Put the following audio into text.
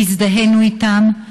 הזדהינו אתם,